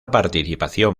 participación